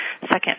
Second